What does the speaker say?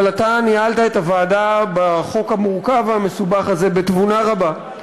אבל אתה ניהלת את הוועדה בחוק המורכב והמסובך הזה בתבונה רבה,